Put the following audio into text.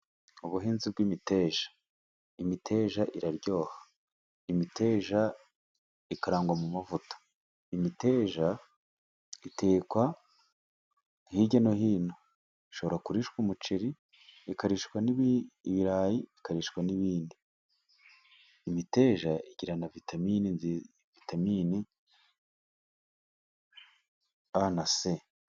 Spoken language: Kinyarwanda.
Ubuhinzi bw'imiteja, imiteja iraryoha imiteja ikarangwa mu mavuta, imiteja itekwa hirya no hino ishobora kurishwa umuceri ikarishwa n' ibirayi, ikarishwa n'ibindi imiteja igira na vitamini nziza vitamini A na C.